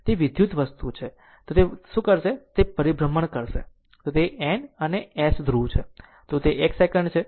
તેથી તે વિદ્યુત વસ્તુ છે જો તે કરશે તો તે એક પરિભ્રમણ કરશે જો તે ફક્ત N અને S ધ્રુવ છે તો તે 1 સેકન્ડ છે